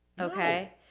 Okay